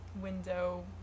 window